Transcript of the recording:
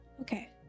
Okay